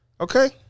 Okay